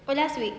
oh last week